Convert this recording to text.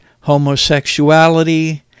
homosexuality